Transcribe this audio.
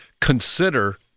consider